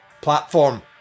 platform